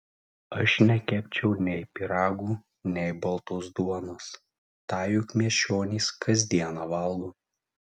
aš nekepčiau nei pyragų nei baltos duonos tą juk miesčionys kas dieną valgo